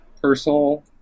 personal